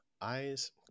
Eyes